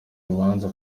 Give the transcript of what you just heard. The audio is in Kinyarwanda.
urubanza